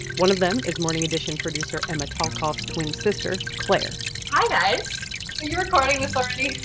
one of them is morning edition producer emma talkoff's twin sister, claire hi guys are you recording this already?